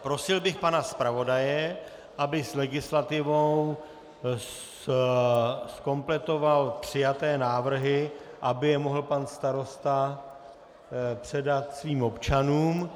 Prosil bych pana zpravodaje, aby s legislativou zkompletoval přijaté návrhy, aby je mohl pan starosta předat svým občanům.